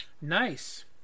Nice